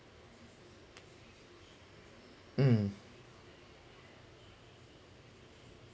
mm